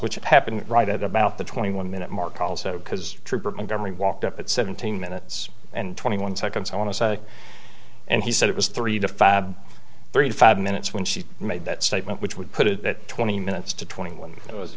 which happened right at about the twenty one minute mark because trooper mcgovern walked up at seventeen minutes and twenty one seconds i want to say and he said it was three to five thirty five minutes when she made that statement which would put it that twenty minutes to twenty one it was